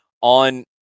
on